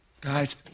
Guys